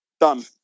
Done